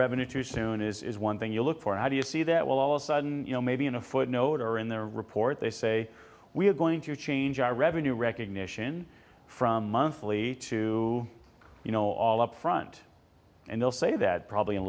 revenue too soon is one thing you look for how do you see that will all of a sudden you know maybe in a footnote or in their report they say we're going to change our revenue recognition from monthly to you know all up front and they'll say that probably a